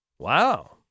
wow